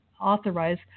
authorize